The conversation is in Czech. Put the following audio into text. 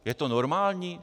Je to normální?